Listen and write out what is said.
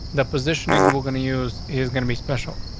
the positioning we're going to use is gonna be special,